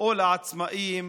או עצמאים